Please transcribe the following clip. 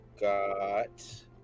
got